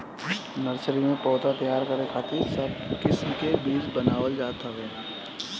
nursery में पौधा तैयार करे खातिर सब किस्म के बीज बनावल जात हवे